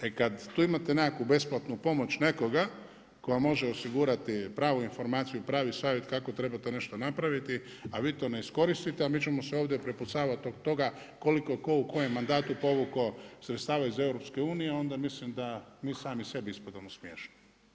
E kad tu imate nekakvu besplatnu pomoć nekoga, tko vam može osigurati pravu informaciju i pravi savjet kako treba to nešto napraviti, a vi to ne iskoristite, a mi ćemo se ovdje prepucavati zbog toga koliko je tko u kojem mandatu povukao sredstava iz EU, onda mislim da mi sami sebi ispadamo smiješni.